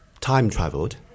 time-traveled